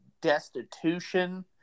destitution